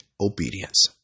obedience